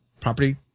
property